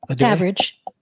Average